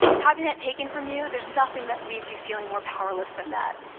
having that taken from you, there's nothing that leaves you feeling more powerless than that.